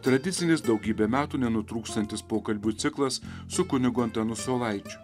tradicinis daugybę metų nenutrūkstantis pokalbių ciklas su kunigu antanu saulaičiu